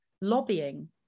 lobbying